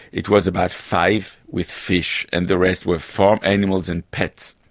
it was about five with fish and the rest were farm animals and pets.